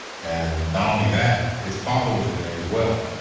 and not only that, his father was in there as well.